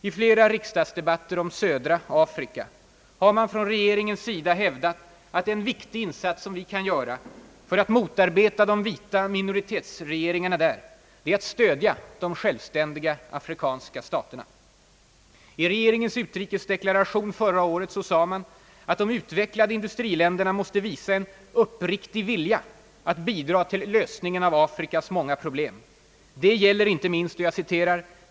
I flera riksdagsdebatter om södra Afrika har regeringen hävdat, att en viktig insats som vi kan göra för att motarbeta de vita minoritetsregeringarna där är att stödja de självständiga afrikanska staterna. I regeringens utrikesdeklaration förra året sade man att de utvecklade industriländerna måste visa en »uppriktig vilja att bidra till lösningen av Afrikas många problem.